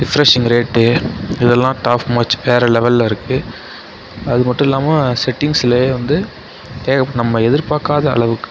refreshing rate இதல்லாம் top notch வேறு லெவலில் இருக்குது அது மட்டும் இல்லாமல் செட்டிங்ஸ்லைலேயே வந்து இப்போ நம்ம எதிர்பார்க்காத அளவுக்கு